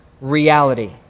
reality